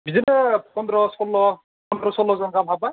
बिदिनो फन्द्र सरल फन्द्र सरल' जन गाहाम हाब्बाय